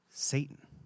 Satan